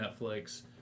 Netflix